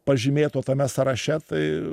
pažymėto tame sąraše tai